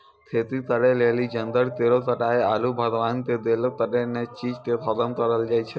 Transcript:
खेती करै लेली जंगल केरो कटाय आरू भगवान के देलो कत्तै ने चीज के खतम करलो जाय छै